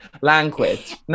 language